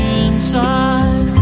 inside